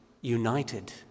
united